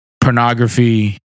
pornography